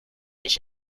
ich